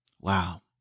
Wow